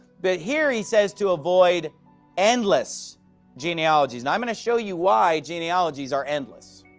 but here he says to avoid endless genealogies. now i am going to show you why genealogies are endless.